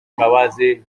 imbabazi